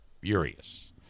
furious